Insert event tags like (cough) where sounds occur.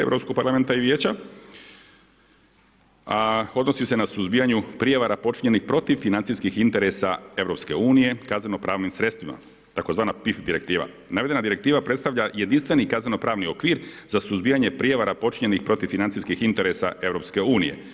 Europskog parlamenta i vijeća, a odnosi se na suzbijanju prijava počinjenih protiv financijskih interesa EU kazneno pravnim sredstvima, tzv. … (unintelligible) Navedena direktiva predstavlja jedinstveni kazneno pravni okvir za suzbijanje prijevara počinjenih protiv financijskih interesa EU.